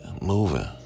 moving